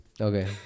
Okay